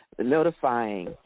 Notifying